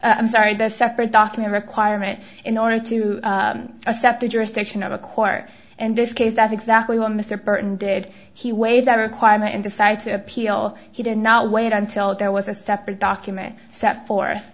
i'm sorry the separate document requirement in order to accept the jurisdiction of a court and this case that's exactly what mr burton did he weigh that requirement and decided to appeal he did not wait until there was a separate document set forth